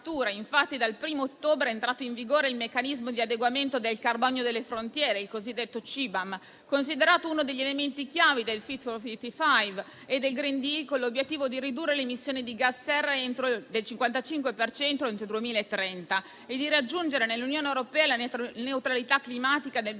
Infatti dal 1° ottobre è entrato in vigore il meccanismo di adeguamento del carbonio alle frontiere (CBAM), considerato uno degli elementi chiave del "Fit for 55" e del *green deal*, con l'obiettivo di ridurre le emissioni di gas serra del 55 per cento entro il 2030, e di raggiungere nell'Unione europea la neutralità climatica nel 2050.